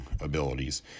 abilities